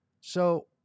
So-